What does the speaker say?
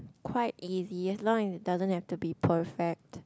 quite easy as long as it doesn't have to be perfect